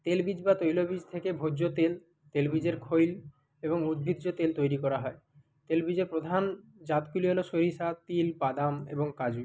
তেল বীজ বা তৈল বীজ থেকে ভোজ্য তেল তেল বীজের খৈল এবং উদ্ভিজ্জ তেল তৈরি করা হয় তেল বীজের প্রধান জাতগুলি হলো সরিষা তিল বাদাম এবং কাজু